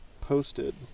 posted